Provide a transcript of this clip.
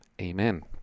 amen